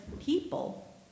people